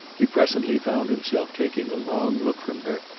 he presently found himself taking a long look from her,